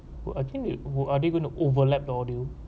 well I think it would are they going to overlap the audio